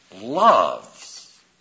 loves